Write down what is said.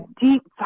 deep